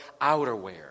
outerwear